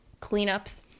cleanups